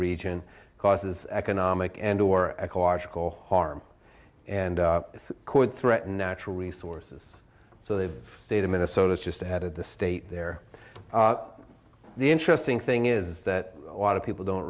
region causes economic and or ecological harm and it could threaten natural resources so the state of minnesota is just ahead of the state there the interesting thing is that a lot of people don't